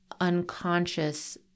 unconscious